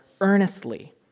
earnestly